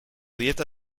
dieta